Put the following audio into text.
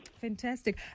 Fantastic